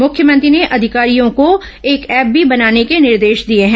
मुख्यमंत्री ने अधिकारियों को एक एप्प भी बनाने के निर्देश दिए हैं